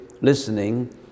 listening